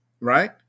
right